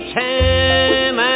time